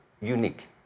unique